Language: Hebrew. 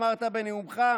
אמרת בנאומך,